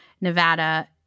Nevada